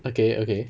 okay okay